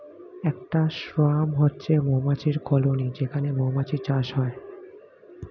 একটা সোয়ার্ম হচ্ছে মৌমাছির কলোনি যেখানে মৌমাছির চাষ হয়